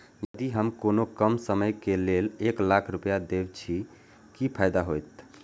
यदि हम कोनो कम समय के लेल एक लाख रुपए देब छै कि फायदा होयत?